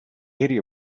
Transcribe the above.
area